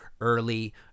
early